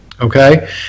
okay